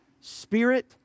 spirit